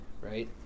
right